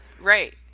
Right